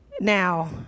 now